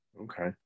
Okay